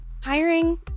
hiring